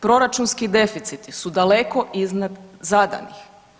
Proračunski deficiti su daleko iznad zadanih.